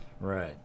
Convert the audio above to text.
Right